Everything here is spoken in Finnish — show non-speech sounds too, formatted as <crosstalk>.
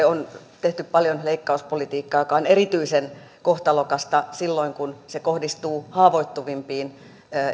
<unintelligible> on tehty paljon leikkauspolitiikkaa joka on erityisen kohtalokasta silloin kun se kohdistuu haavoittuvimpiin